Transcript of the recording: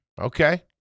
Okay